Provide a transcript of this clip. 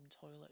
toilet